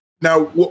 now